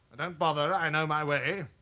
don't bother. i know my way.